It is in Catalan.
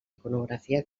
iconografia